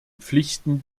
pflichten